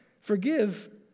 forgive